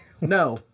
No